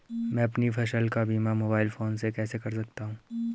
मैं अपनी फसल का बीमा मोबाइल फोन से कैसे कर सकता हूँ?